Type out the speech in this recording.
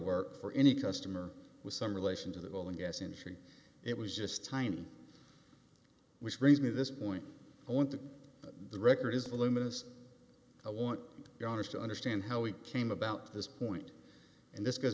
work for any customer with some relation to the ball and gas industry it was just tiny which brings me this point i want to the record is luminous i want to understand how we came about this point and this goes